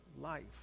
life